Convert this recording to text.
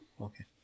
okay